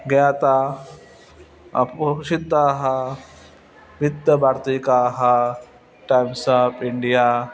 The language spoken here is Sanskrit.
ज्ञा ता वृत्तवर्तिकाः टैम्स् आफ़् इण्डिया